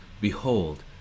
Behold